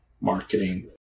marketing